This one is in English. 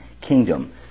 kingdom